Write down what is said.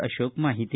ಅಶೋಕ್ ಮಾಹಿತಿ